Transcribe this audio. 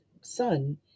son